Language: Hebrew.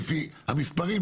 לפי המספרים,